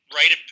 right